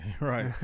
right